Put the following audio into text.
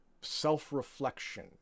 self-reflection